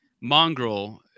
Mongrel